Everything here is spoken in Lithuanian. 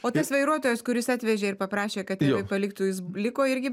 o tas vairuotojas kuris atvežė ir paprašė kad paliktų jis liko irgi